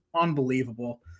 unbelievable